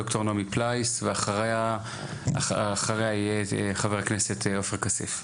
דוקטור נעמי פליס ואחריה יהיה חבר הכנסת עופר כסיף.